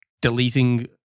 deleting